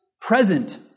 present